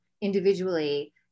individually